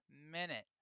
minute